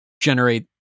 generate